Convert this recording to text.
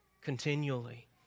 continually